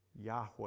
Yahweh